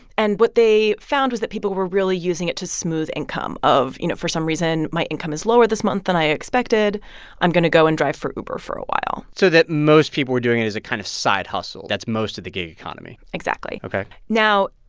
and what they found was that people were really using it to smooth income of you know, for some reason, my income is lower this month than i expected i'm going go and drive for uber for a while so that most people were doing it as a kind of side hustle that's most of the gig economy exactly ok now,